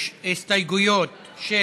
יש הסתייגויות של